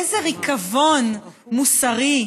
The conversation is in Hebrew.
איזה ריקבון מוסרי,